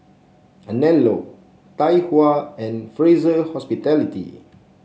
Anello Tai Hua and Fraser Hospitality